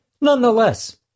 Nonetheless